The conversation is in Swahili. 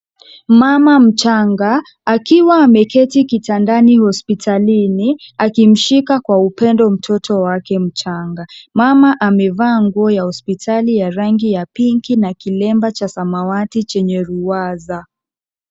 Mama mchanga akiwa ameketi kitandani hospitalini akimshika kwa upendo mtoto wake mchanga. Mama amevaa nguo ya hospitali ya rangi ya pinki na kilemba cha samawati chenye ruwaza.